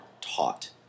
taught